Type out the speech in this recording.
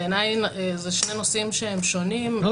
בעיניי אלה הם שני נושאים שהם שונים --- לא,